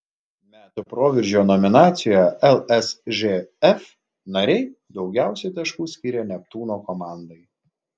metų proveržio nominacijoje lsžf nariai daugiausiai taškų skyrė neptūno komandai